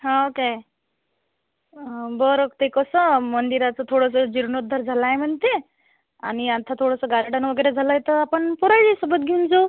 हो काय बरं ते कसं मंदिराचं थोडसं जीर्णोद्धार झाला आहे म्हणते आणि आता थोडसं गार्डन वगैरे झाला आहे तर आपण पोराला सोबत घेऊन जाऊ